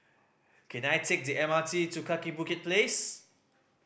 can I take the M R T to Kaki Bukit Place